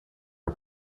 are